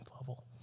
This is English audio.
level